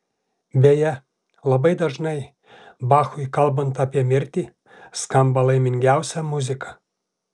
beje labai dažnai bachui kalbant apie mirtį skamba laimingiausia muzika